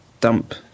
dump